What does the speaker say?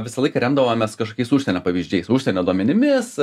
visą laiką remdavomės kažkokiais užsienio pavyzdžiais užsienio duomenimis